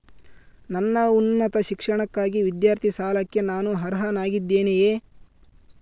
ನನ್ನ ಉನ್ನತ ಶಿಕ್ಷಣಕ್ಕಾಗಿ ವಿದ್ಯಾರ್ಥಿ ಸಾಲಕ್ಕೆ ನಾನು ಅರ್ಹನಾಗಿದ್ದೇನೆಯೇ?